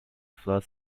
flood